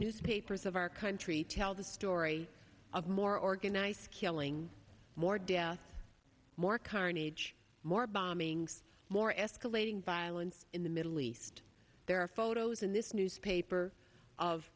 newspapers of our country tell the story of more organized killing more death more carnage more bombings more escalating violence in the middle east there are photos in this newspaper of